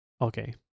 Okay